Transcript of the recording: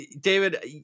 David